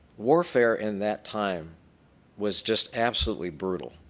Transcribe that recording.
warfare in that time was just absolutely brutal.